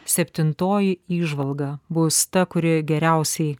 septintoji įžvalga bus ta kuri geriausiai